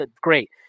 great